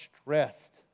stressed